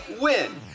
win